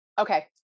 Okay